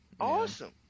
awesome